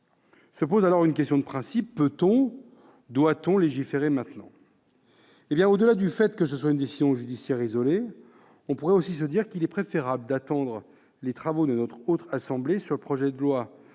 Se pose alors une question de principe : peut-on, doit-on, légiférer maintenant ? Au-delà du fait que ce soit une décision judiciaire isolée, on pourrait aussi se dire qu'il serait préférable d'attendre les travaux de notre Haute Assemblée sur le projet de